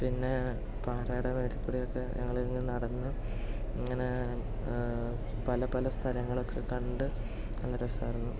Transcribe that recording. പിന്നെ പാറയുടെ വരിപ്പിലൂടെയൊക്കെ ഞങ്ങൾ ഇങ്ങനെ നടന്ന് ഇങ്ങനെ പല പല സ്ഥലങ്ങളൊക്ക കണ്ട് നല്ല രസ്സമായിരുന്നു